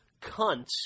cunts